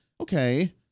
Okay